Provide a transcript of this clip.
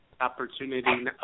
opportunity